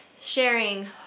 sharing